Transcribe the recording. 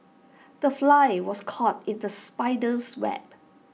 the fly was caught in the spider's web